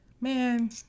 Man